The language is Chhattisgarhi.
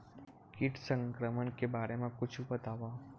कीट संक्रमण के बारे म कुछु बतावव?